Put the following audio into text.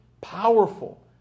powerful